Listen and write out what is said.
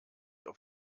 auf